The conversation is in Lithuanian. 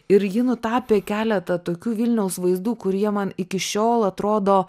ir ji nutapė keletą tokių vilniaus vaizdų kurie man iki šiol atrodo